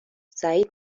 سعید